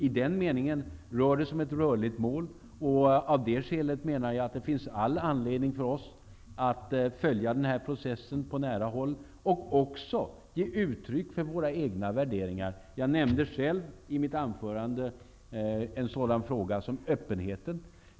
I den meningen är det fråga om ett rörligt mål, och av det skälet finns det all anledning för oss att följa processen på nära håll och också ge uttryck för våra egna värderingar. Jag nämnde i mitt anförande en sådan fråga som öppenheten.